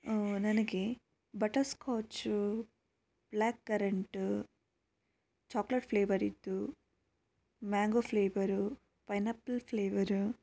ನನಗೆ butterscotch black currant chocolate ಫ್ಲೇವರಿದ್ದು mango flavour pineapple flavour